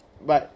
but